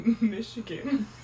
Michigan